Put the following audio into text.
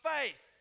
faith